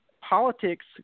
politics